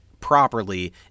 Properly